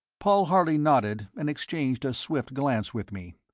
paul harley nodded and exchanged a swift glance with me.